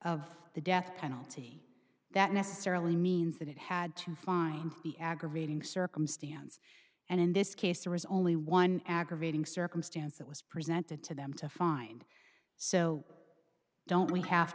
of the death penalty that necessarily means that it had to find the aggravating circumstance and in this case there was only one aggravating circumstance that was presented to them to find so don't we have